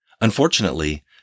Unfortunately